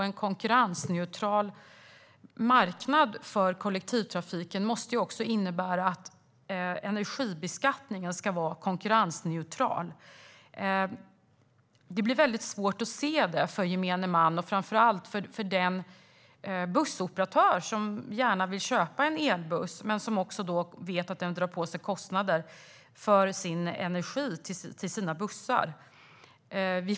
En konkurrensneutral marknad för kollektivtrafiken måste också innebära att energibeskattningen ska vara konkurrensneutral. Det blir väldigt svårt att se det för gemene man och framför allt för den bussoperatör som gärna vill köpa en elbuss men som vet att den drar på sig kostnader för energin till sina bussar.